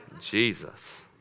Jesus